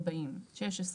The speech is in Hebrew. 440. פרט 16,